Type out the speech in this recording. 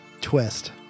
Twist